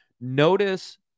Notice